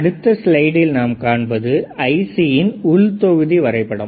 அடுத்த ஸ்லைடில் நாம் காண்பது IC யின் உள் தொகுதி வரைபடம்